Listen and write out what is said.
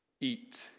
eat